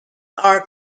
our